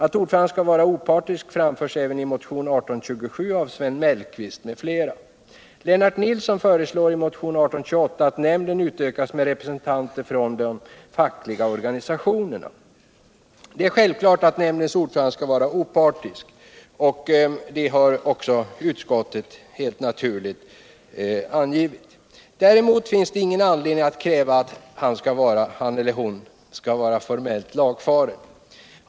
Att ordföranden skall vara opartisk framförs även i motionen 1827 av Sven Mellqvist m.fl. Lennart Nilsson föreslår i motionen 1828 att nämnden utökas med representanter från de fackliga organisationerna. Det är självklart att nämndens ordförande skall vara opartisk, vilket utskottet också har angivit. Däremot finns det ingen anledning att kräva att han eller hon skall vara formellt lagfaren.